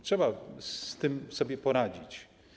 Trzeba z tym sobie poradzić.